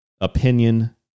opinion